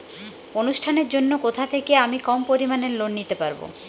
অনুষ্ঠানের জন্য কোথা থেকে আমি কম পরিমাণের লোন নিতে পারব?